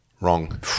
Wrong